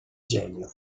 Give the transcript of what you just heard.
genio